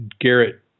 Garrett